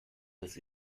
des